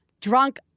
drunk